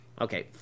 Okay